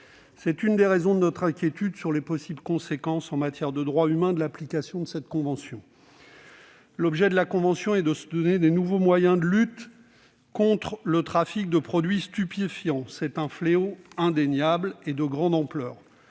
C'est l'une des raisons de notre inquiétude sur les possibles conséquences en matière de droits humains de l'application de cette convention. L'objet de ce texte est de se donner de nouveaux moyens de lutte contre le trafic de produits stupéfiants, fléau indéniable et de grande ampleur.